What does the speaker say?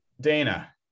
dana